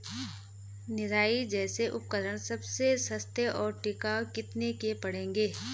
निराई जैसे उपकरण सबसे सस्ते और टिकाऊ कितने के पड़ेंगे?